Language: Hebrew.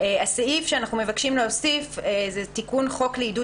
הסעיף שאנחנו מבקשים להוסיף: "תיקון חוק לעידוד